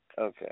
Okay